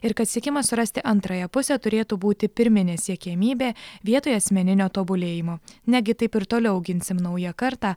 ir kad siekimas surasti antrąją pusę turėtų būti pirminė siekiamybė vietoj asmeninio tobulėjimo negi taip ir toliau auginsim naują kartą